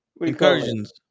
incursions